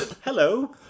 Hello